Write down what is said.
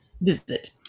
visit